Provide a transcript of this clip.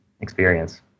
experience